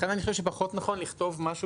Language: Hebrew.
לכן אני חושב שפחות נכון לכתוב משהו